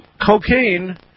cocaine